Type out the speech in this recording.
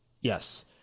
Yes